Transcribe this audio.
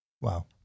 Wow